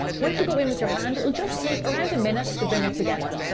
once you go in with your hand it will just take around a minute to bring it together.